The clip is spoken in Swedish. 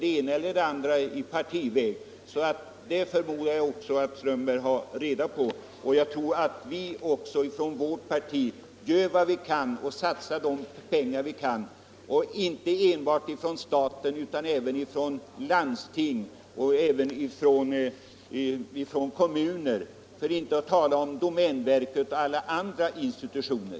Det förmodar jag att även herr Strömberg i Botkyrka är medveten om. Också vårt parti gör vad det kan. Inte bara staten måste satsa pengar utan även landsting och kommuner, för att inte tala om domänverket och andra institutioner.